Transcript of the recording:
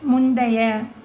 முந்தைய